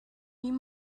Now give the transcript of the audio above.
you